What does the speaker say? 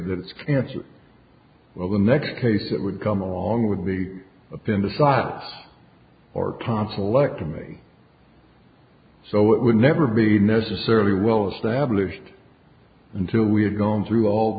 it's cancer well the next case it would come along with the appendicitis or tonsillectomy so it would never be necessarily well established until we had gone through all